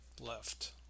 left